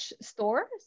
stores